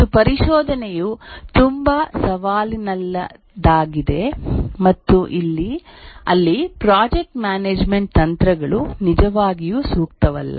ಮತ್ತು ಪರಿಶೋಧನೆಯು ತುಂಬಾ ಸವಾಲಿನದ್ದಾಗಿದೆ ಮತ್ತು ಅಲ್ಲಿ ಪ್ರಾಜೆಕ್ಟ್ ಮ್ಯಾನೇಜ್ಮೆಂಟ್ ತಂತ್ರಗಳು ನಿಜವಾಗಿಯೂ ಸೂಕ್ತವಲ್ಲ